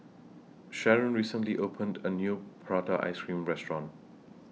Sheron recently opened A New Prata Ice Cream Restaurant